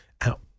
out